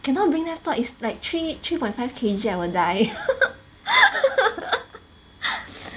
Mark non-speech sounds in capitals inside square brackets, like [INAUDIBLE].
cannot bring laptop is like three three point five K_G I will die [LAUGHS]